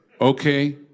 okay